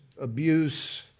abuse